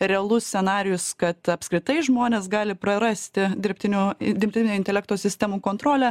realus scenarijus kad apskritai žmonės gali prarasti dirbtinio dirbtinio intelekto sistemų kontrolę